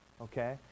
okay